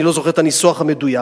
אני לא זוכר את הניסוח המדויק.